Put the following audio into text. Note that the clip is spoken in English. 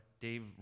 Dave